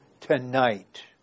tonight